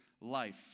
life